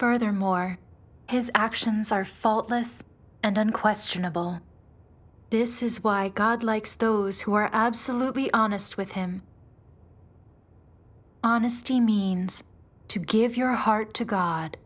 furthermore his actions are faultless and unquestionable this is why god likes those who are absolutely honest with him honesty means to give your heart to god